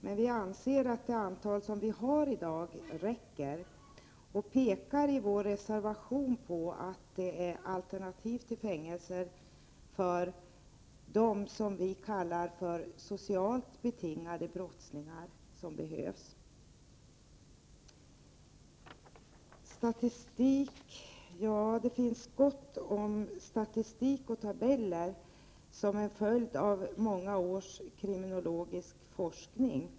Men vi i vpk anser att det antal fängelser vi har i dag räcker och pekar i vår reservation på att det är alternativ till fängelser för dem som vi kallar för socialt betingade brottslingar som behövs. Statistik och tabeller finns det gott om som en följd av många års kriminologisk forskning.